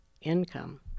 income